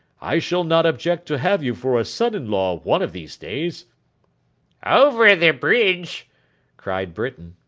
i shall not object to have you for a son-in-law one of these days over the bridge cried britain.